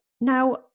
now